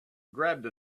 grabbed